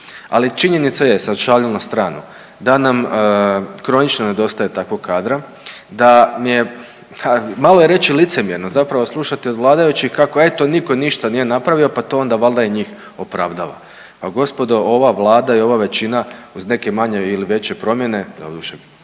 Ali činjenica jest, sad šalu na stranu, da nam kronično nedostaje takvog kadra, da mi je, ha, moram reći licemjerno zapravo slušati od vladajućih kako eto, nitko ništa nije napravio, pa to onda valjda i njih opravdava. Pa gospodo, ova Vlada i ova većina uz neke manje ili veće promjene, doduše,